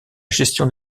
gestion